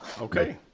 Okay